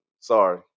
Sorry